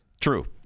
True